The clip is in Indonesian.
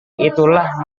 itulah